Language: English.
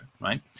right